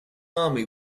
army